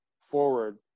forward